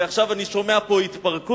ועכשיו אני שומע פה התפרקות.